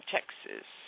Texas